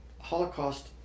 Holocaust